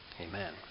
amen